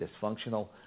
dysfunctional